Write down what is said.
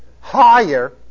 higher